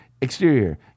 Exterior